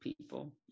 people